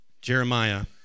Jeremiah